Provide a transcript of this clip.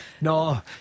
no